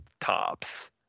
tops